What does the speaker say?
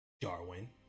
Darwin